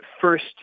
first